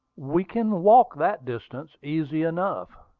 we can walk that distance easy enough.